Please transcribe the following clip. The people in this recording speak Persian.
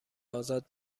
ازاد